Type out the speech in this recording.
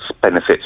benefits